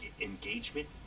engagement